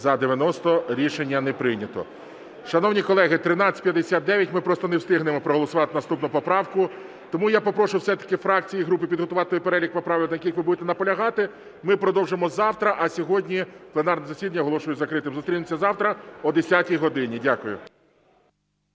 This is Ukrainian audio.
За-90 Рішення не прийнято. Шановні колеги, 1359. Ми просто не встигнемо проголосувати наступну поправку, тому я попрошу все-таки фракції і групи підготувати перелік поправок, на яких ви будете наполягати. Ми продовжимо завтра, а сьогодні пленарне засідання оголошую закритим. Зустрінемося завтра о 10 годині. Дякую.